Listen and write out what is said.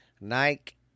Nike